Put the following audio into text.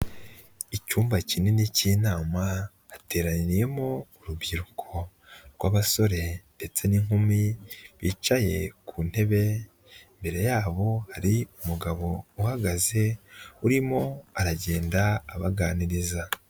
Icyumba kinini k'inama hateraniyemo urubyiruko rw'abasore ndetse n'inkumi bicaye ku ntebe, imbere yabo hari umugabo uhagaze urimo aragenda abaganiriza.